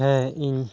ᱦᱮᱸ ᱤᱧ